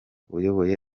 uyoboye